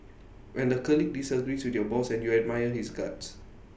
when the colleague disagrees with your boss and you admire his guts